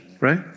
Right